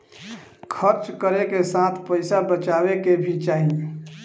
खर्च करे के साथ पइसा बचाए के भी चाही